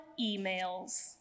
emails